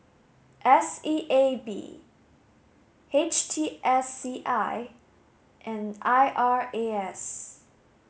S E A B H T S C I and I R A S